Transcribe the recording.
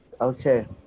Okay